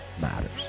matters